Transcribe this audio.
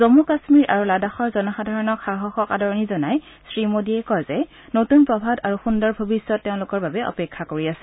জন্মু কাশ্মীৰ আৰু লাডাখৰ জনসাধাৰণৰ সাহসক আদৰণি জনাই শ্ৰী মোদীয়ে কয় যে নতুন প্ৰভাত আৰু সুন্দৰ ভৱিষ্যত তেওঁলোকৰ বাবে অপেক্ষা কৰি আছে